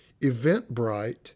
Eventbrite